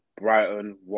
Brighton